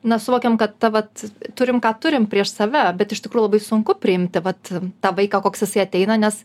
na suvokiam kad ta vat turim ką turim prieš save bet iš tikrųjų labai sunku priimti vat tą vaiką koks jisai ateina nes